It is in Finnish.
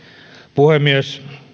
puhemies